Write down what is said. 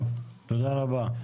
טוב, תודה רבה.